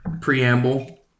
preamble